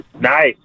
Nice